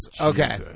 Okay